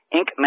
Inc